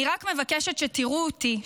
אני רק מבקשת שתראו אותי,